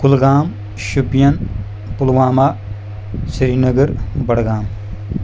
Kulgam Shopian Pulwama Srinagar Budgam